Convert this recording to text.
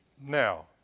Now